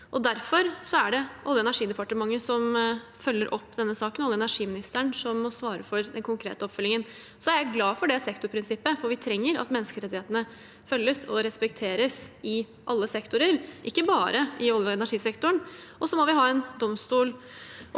for den konkrete oppfølgingen. Jeg er glad for det sektorprinsippet, for vi trenger at menneskerettighetene følges og respekteres i alle sektorer, ikke bare i olje- og energisektoren. Så må vi ha en domstol